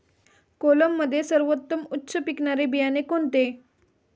कोलममध्ये सर्वोत्तम उच्च पिकणारे बियाणे कोणते?